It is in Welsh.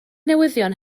newyddion